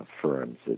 firms